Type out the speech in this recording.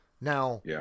Now